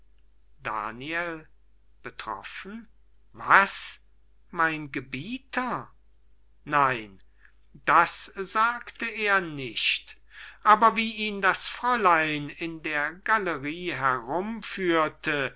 daniel betroffen was mein gebieter nein das sagte er nicht aber wie ihn das fräulein in der gallerie herumführte